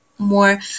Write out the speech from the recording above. more